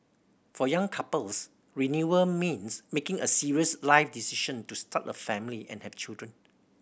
for young couples renewal means making a serious life decision to start a family and have children